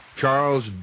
Charles